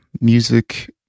Music